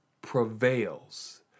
prevails